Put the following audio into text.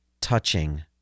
touching